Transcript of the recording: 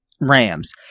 rams